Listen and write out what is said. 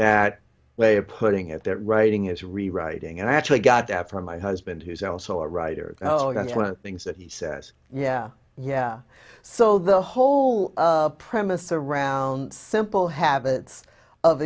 that way of putting it that writing is rewriting and i actually got that from my husband who's also a writer on one of things that he says yeah yeah so the whole premise around simple habits of